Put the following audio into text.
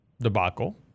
debacle